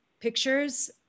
pictures